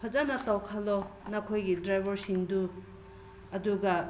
ꯐꯖꯅ ꯇꯧꯍꯜꯂꯣ ꯅꯈꯣꯏꯒꯤ ꯗ꯭ꯔꯥꯏꯚꯔꯁꯤꯡꯗꯨ ꯑꯗꯨꯒ